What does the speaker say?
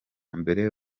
mbere